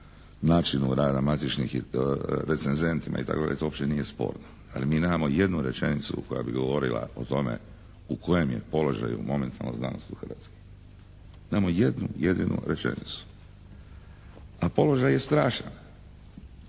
načinu rada matičnih i recenzentima itd., to uopće nije sporno. Ali mi nemamo jednu rečenicu koja bi govorila o tome u kojem je položaju momentalno znanost u Hrvatskoj. Nemamo jednu jedinu rečenicu. A položaj je strašan.